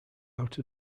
out